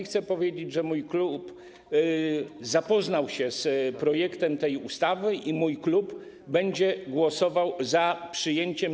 Chcę powiedzieć, że mój klub zapoznał się z projektem tej ustawy i będzie głosował za jej przyjęciem.